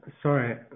Sorry